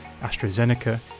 AstraZeneca